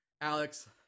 Alex